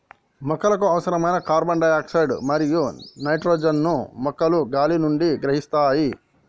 మొక్కలకు అవసరమైన carbon dioxide మరియు నైట్రోజన్ ను మొక్కలు గాలి నుండి గ్రహిస్తాయి